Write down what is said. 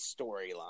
storyline